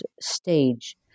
stage